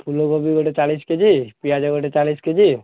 ଫୁଲକୋବି ଗୋଟେ ଚାଳିଶ କେ ଜି ପିଆଜ ଗୋଟେ ଚାଳିଶ କେ ଜି